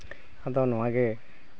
ᱟᱫᱚ ᱱᱚᱣᱟᱜᱮ